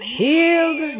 healed